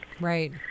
right